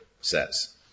says